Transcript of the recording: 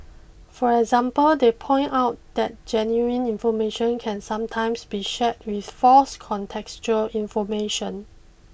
for example they point out that genuine information can sometimes be shared with false contextual information